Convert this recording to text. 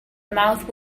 mouth